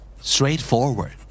Straightforward